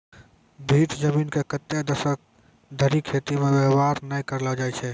भीठ जमीन के कतै दसक धरि खेती मे वेवहार नै करलो जाय छै